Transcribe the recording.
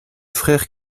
frère